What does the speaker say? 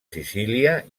sicília